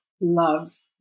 love